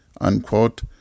unquote